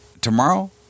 tomorrow